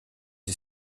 est